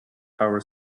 tower